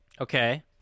Okay